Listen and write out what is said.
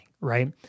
right